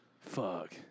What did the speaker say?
Fuck